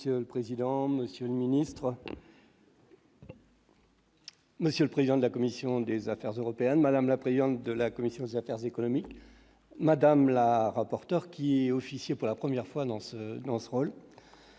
Monsieur le président, Monsieur le ministre. Monsieur le président de la commission des affaires européennes, madame la présidente de la commission des affaires économiques, madame la rapporteur qui est officier pour la première fois dans ce dans